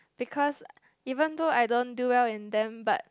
because even though I don't do well in them but